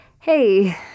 hey